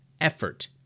effort